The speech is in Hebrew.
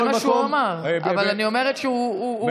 זה מה שהוא אמר, אבל הוא בנה את הגבול קצת שונה.